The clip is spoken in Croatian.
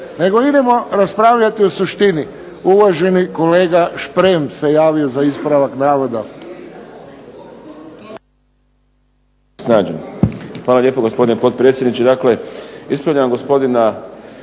nego idemo raspravljati o suštini. Uvaženi kolega Šprem se javio za ispravak navoda.